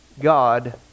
God